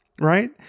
right